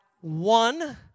one